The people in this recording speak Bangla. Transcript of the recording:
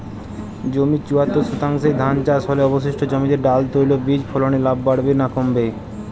জমির চুয়াত্তর শতাংশে ধান চাষ হলে অবশিষ্ট জমিতে ডাল তৈল বীজ ফলনে লাভ বাড়বে না কমবে?